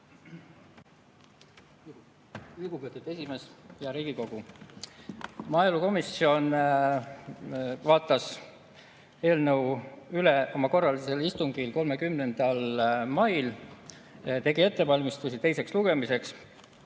Maaelukomisjon vaatas eelnõu üle oma korralisel istungil 30. mail ja tegi ettevalmistusi teiseks lugemiseks.